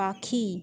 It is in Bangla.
পাখি